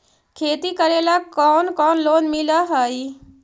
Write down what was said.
खेती करेला कौन कौन लोन मिल हइ?